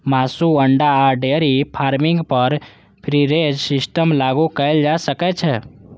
मासु, अंडा आ डेयरी फार्मिंग पर फ्री रेंज सिस्टम लागू कैल जा सकै छै